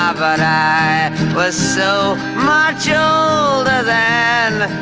ah but i was so much older then,